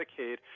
Medicaid